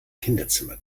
kinderzimmer